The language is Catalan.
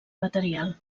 material